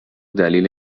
دلیل